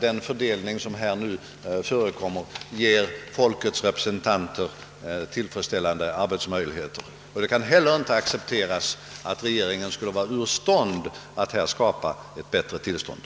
Den fördelning som nu förekommer ger icke folkets representanter tillfredsställande arbetsmöjligheter, och regeringens oförmåga att här skapa bättre förhållanden kan heller inte accepteras.